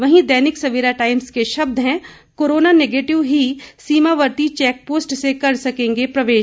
वहीं दैनिक सवेरा टाइम्स के शब्द हैं कोरोना नेगेटिव ही सीमावर्ती चेकपोस्ट से कर सकेंगे प्रवेश